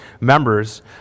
members